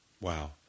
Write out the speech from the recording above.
Wow